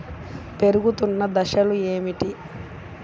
పెరుగుతున్న దశలు ఏమిటి?